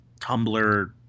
tumblr